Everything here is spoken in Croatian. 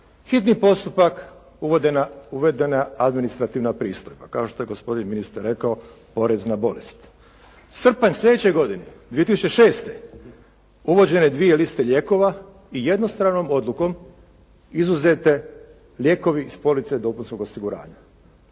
hitni postupak, uvedena admnistrativna pristojba, kao št je gospodin ministar rekao, poreze na bolest. Srpanj sljedeće godine 2006. uvođenje dvije liste lijekova i jednostranom odlukom izuzeti lijekovi s police dopunskog osiguranja.